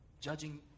Judging